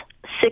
six